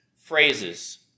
phrases